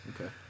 Okay